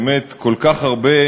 באמת, כל כך הרבה